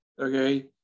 okay